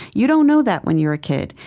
you don't know that when you're a kid.